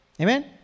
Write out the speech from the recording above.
Amen